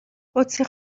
قدسی